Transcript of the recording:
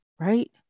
Right